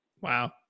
Wow